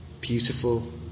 beautiful